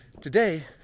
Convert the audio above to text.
Today